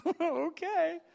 okay